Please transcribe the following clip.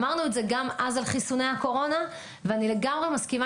אמרנו את זה גם אז על חיסוני הקורונה ואני לגמרי מסכימה